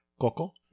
Coco